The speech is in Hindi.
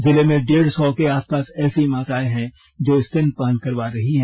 जिले में डेढ़ सौ के आसपास ऐसी माताएं हैं जो स्तनपान करवा रही हैं